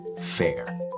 FAIR